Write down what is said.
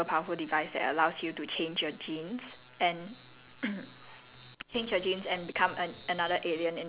ben accidentally finds this omnitrix which is this like super powerful device that allows you to change your genes and